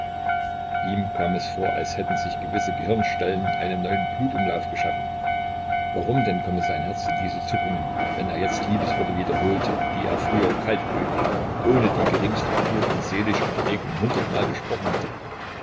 ihm kam es vor als hätten sich gewisse gehirnstellen einen neuen blutumlauf geschaffen warum denn komme sein herz in diese zuckungen wenn er jetzt liebesworte wiederholte die er früher kaltblütig ohne die geringste spur von seelischer erregung hundertmal gesprochen hatte